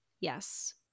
Yes